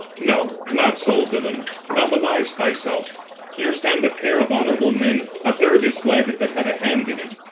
no, not so, villain thou beliest thyself here stand a pair of honourable men a third is fled, that had a hand in it.